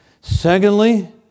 Secondly